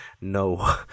no